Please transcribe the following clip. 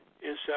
inside